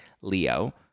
Leo